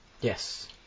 Yes